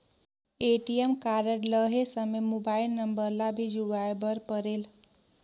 ATM card लहे समय mobile number ला भी जुड़वाए बर परेल?